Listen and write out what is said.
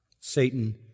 Satan